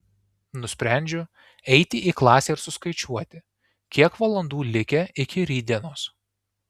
nusprendžiu eiti į klasę ir suskaičiuoti kiek valandų likę iki rytdienos